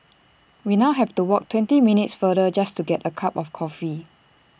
we now have to walk twenty minutes farther just to get A cup of coffee